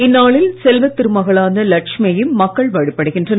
இந்நாளில் செல்வத் திருமகளான லட்சுமியையும் மக்கள் வழிபடுகின்றனர்